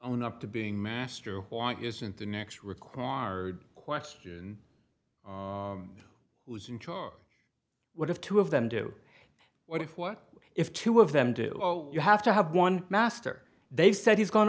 own up to being master isn't the next required question who's in charge what if two of them do what if what if two of them do you have to have one master they said he's go